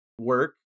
work